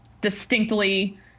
distinctly